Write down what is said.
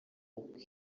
uko